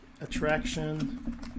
attraction